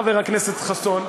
חבר הכנסת חסון,